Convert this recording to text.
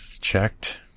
checked